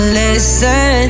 listen